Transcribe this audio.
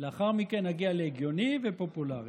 ולאחר מכן נגיע להגיוני ופופולרי.